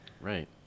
Right